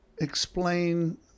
explain